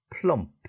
Plump